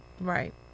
right